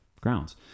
grounds